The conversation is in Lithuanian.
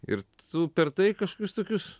ir tu per tai kažkokius tokius